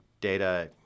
Data